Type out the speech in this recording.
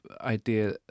idea